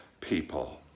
people